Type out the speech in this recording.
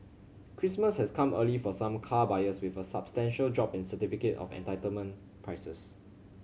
Christmas has come early for some car buyers with a substantial drop in certificate of entitlement prices